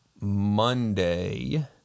Monday